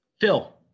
Phil